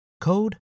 code